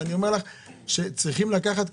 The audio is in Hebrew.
אני אומר לך שצריכים לקחת,